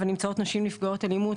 ונמצאות נשים נפגעות אלימות,